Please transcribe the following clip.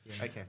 Okay